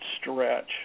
stretch